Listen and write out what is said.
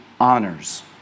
honors